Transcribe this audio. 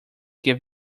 gave